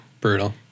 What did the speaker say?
Brutal